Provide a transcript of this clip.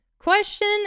question